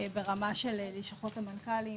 ברמה של לשכות המנכ"לים.